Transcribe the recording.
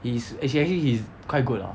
he is actually actually he is quite good lah